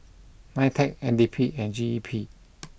Nitec N D P and G E P